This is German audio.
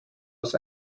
aus